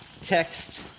text